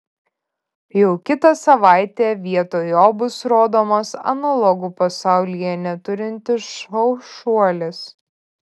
jau kitą savaitę vietoj jo bus rodomas analogų pasaulyje neturintis šou šuolis